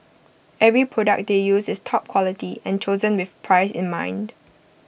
every product they use is top quality and chosen with price in mind